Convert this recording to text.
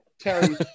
Terry